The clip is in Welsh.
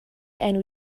enw